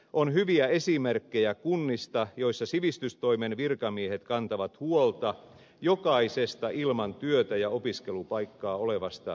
on hyviä esimerkkejä kunnista joissa sivistystoimen virkamiehet kantavat huolta jokaisesta ilman työtä ja opiskelupaikkaa olevasta nuoresta